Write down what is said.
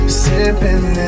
sipping